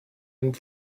and